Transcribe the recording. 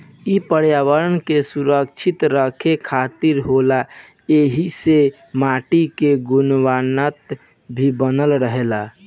इ पर्यावरण के सुरक्षित रखे खातिर होला ऐइसे माटी के गुणवता भी बनल रहेला